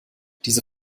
diese